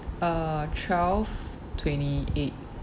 uh twelve twenty eight